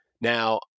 Now